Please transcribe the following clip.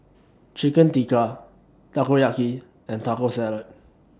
Chicken Tikka Takoyaki and Taco Salad